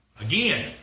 again